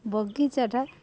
ବଗିଚାଟା